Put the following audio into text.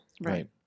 Right